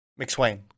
McSwain